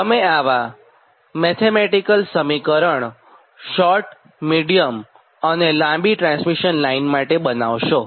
તમે આવા મેથેમેટીક સમીકરણો શોર્ટમિડીયમ અને લાંબી ટ્રાન્સમિશન લાઈન માટે બનાવશો